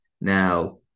Now